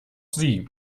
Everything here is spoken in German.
sie